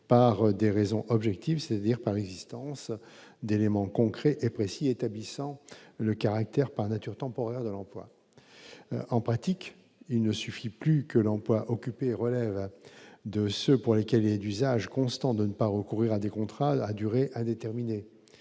par des raisons objectives, c'est-à-dire par l'existence d'éléments concrets et précis établissant le caractère par nature temporaire de l'emploi, en pratique, il ne suffit plus que l'emploi occupé relève de ceux pour lesquels il est d'usage constant de ne pas recourir à des contrats à durée indéterminée,